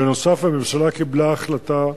בנוסף, הממשלה קיבלה החלטה,